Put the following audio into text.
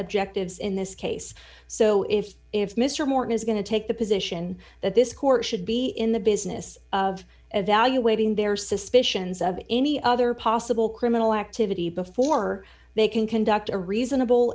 objectives in this case so if if mr morton is going to take the position that this court should be in the business of evaluating their suspicions of any other possible criminal activity before they can conduct a reasonable